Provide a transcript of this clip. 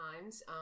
times